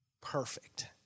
perfect